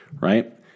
right